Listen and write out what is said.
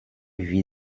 wie